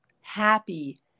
happy